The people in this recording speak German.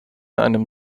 einem